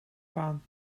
gaan